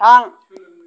थां